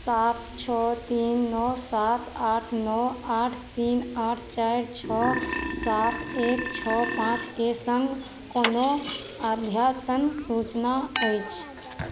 सात छओ तीन नओ सात आठ नओ आठ तीन आठ चारि छओ सात एक छओ पाँचके सङ्ग कोनो अद्यतन सूचना अछि